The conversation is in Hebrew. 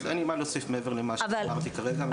אז אין לי מה להוסיף מעבר למה שאמרתי כרגע.